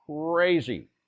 crazy